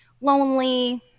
lonely